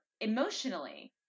emotionally